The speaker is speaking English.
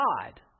God